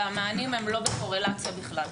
והמענים הם לא בקורלציה בכלל.